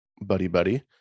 buddy-buddy